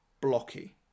blocky